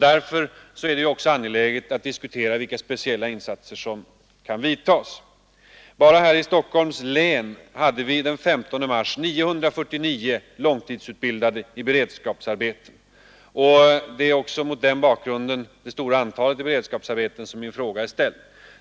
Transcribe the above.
Därför är det angeläget att diskutera vilka speciella insatser som kan vidtas. Bara här i Stockholms län hade vi den 15 mars 949 akademiker i beredskapsarbeten. Det är främst mot denna bakgrund som min fråga skall